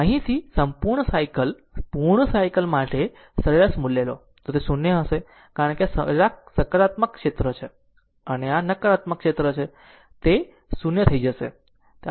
જો અહીંથી અહીં સંપૂર્ણ સાયકલ પૂર્ણ સાયકલ માટે સરેરાશ મૂલ્ય લો તો તે 0 હશે કારણ કે આ સકારાત્મક ક્ષેત્ર છે અને આ નકારાત્મક ક્ષેત્ર છે તે 0 થઈ જશે